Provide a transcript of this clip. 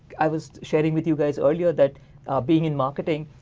i was sharing with you guys earlier, that being in marketing,